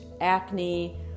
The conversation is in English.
acne